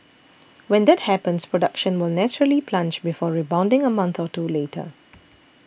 when that happens production will naturally plunge before rebounding a month or two later